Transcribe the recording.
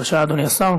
בבקשה, אדוני השר.